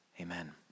Amen